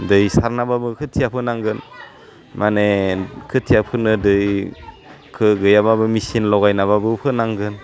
दै सारनाबाबो खोथिया फोनांगोन माने खोथिया फोनो दैखो गैयाबाबो मिचिन लगायनाबाबो फोनांगोन